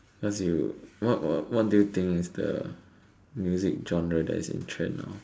because you what what what do you think is the music genre that is in trend now